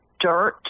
dirt